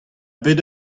bet